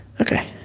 Okay